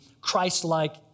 Christ-like